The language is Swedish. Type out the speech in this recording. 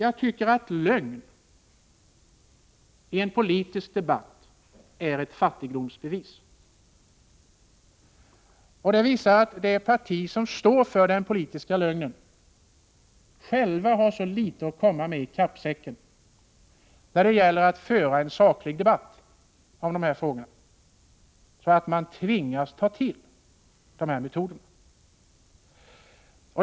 Och lögn i en politisk debatt är ett fattigdomsbevis. Det visar att det parti som står för den politiska lögnen självt har så litet i kappsäcken att komma med när det gäller att föra en saklig debatt om frågorna, att det tvingas ta till sådana här metoder.